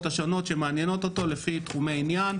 השונות שמעניינות אותו לפי תחומי העניין.